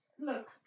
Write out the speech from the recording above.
Look